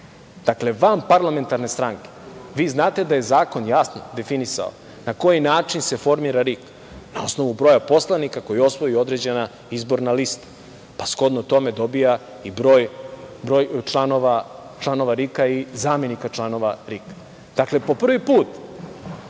Dakle, vanparlamentarne stranke. Vi znate da je zakon jasno definisao na koji način se formira RIK, na osnovu broja poslanika koji osvoji određena izborna lista, pa shodno tome dobija i broj članova RIK-a i zamenika članova RIK-a. Po prvi put